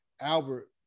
Albert